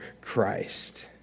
Christ